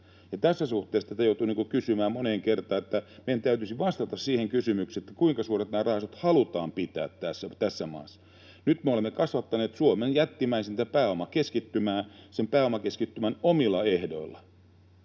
Tässä suhteessa tätä joutuu kysymään moneen kertaan. Meidän täytyisi vastata siihen kysymykseen, kuinka suuret rahastot halutaan pitää tässä maassa. Nyt me olemme kasvattaneet Suomen jättimäisintä pääomakeskittymää sen pääomakeskittymän omilla ehdoilla,